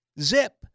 Zip